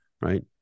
right